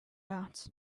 out